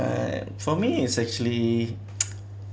uh for me it's actually